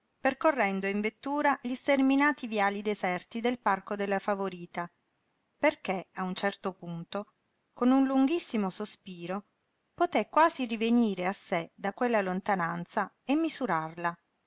percorrendo in vettura gli sterminati viali deserti del parco della favorita perché a un certo punto con un lunghissimo sospiro poté quasi rivenire a sé da quella lontananza e misurarla